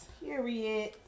period